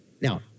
Now